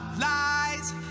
lies